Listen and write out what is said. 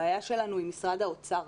הבעיה שלנו היא משרד האוצר.